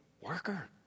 worker